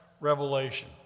revelation